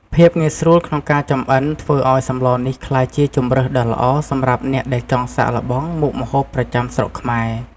ភាពងាយស្រួលក្នុងការចម្អិនធ្វើឱ្យសម្លនេះក្លាយជាជម្រើសដ៏ល្អសម្រាប់អ្នកដែលចង់សាកល្បងមុខម្ហូបប្រចាំស្រុកខ្មែរ។